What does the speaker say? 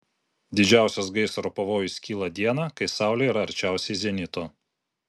didžiausias gaisro pavojus kyla dieną kai saulė yra arčiausiai zenito